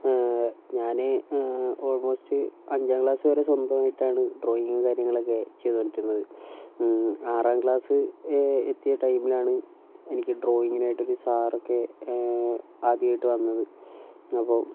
ഞാൻ ഓൾമോസ്റ്റ് അഞ്ചാം ക്ലാസ് വരെ സ്വന്തമായിട്ടാണ് ഡ്രോയിങ്ങും കാര്യങ്ങളൊക്കെ ചെയ്തുകൊണ്ടിരുന്നത് ആറാം ക്ലാസ് എത്തിയ ടൈമിലാണ് എനിക്ക് ഡ്രോയിങ്ങിനായിട്ടൊരു സാറൊക്കെ ആദ്യമായിട്ട് വന്നത് അപ്പോൾ